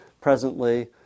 presently